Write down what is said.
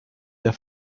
der